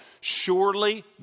Surely